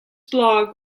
blog